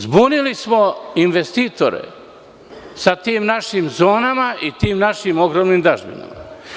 Zbunili smo investitore sa tim našim zonama i tim našim ogromnim dažbinama.